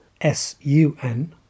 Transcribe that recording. S-U-N